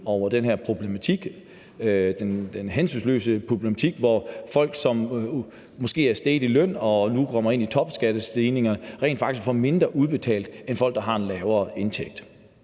over den her problematik, den hensynsløse problematik, hvor folk, som måske er steget i løn og nu kommer ind i topskattestigninger, rent faktisk får mindre udbetalt end folk, der har en lavere indtægt